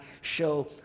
show